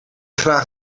graag